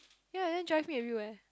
ya then drive me everywhere